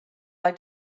like